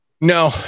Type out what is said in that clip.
no